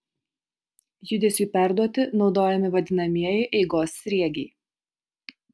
judesiui perduoti naudojami vadinamieji eigos sriegiai